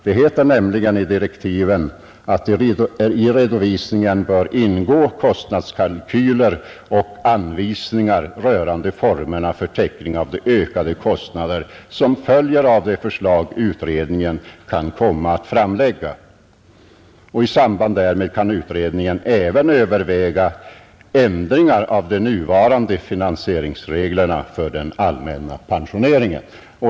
Det står nämligen i kommitténs direktiv, som de är angivna i utskottets betänkande: ”I redovisningen bör ingå kostnadskalkyler och anvisningar rörande formerna för täckning av de ökade kostnader som följer av utredningens förslag. ” I samband därmed kan kommittén även överväga ändringar av de nuvarande finansieringsreglerna för den allmänna pensioneringen.